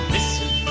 Listen